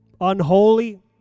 unholy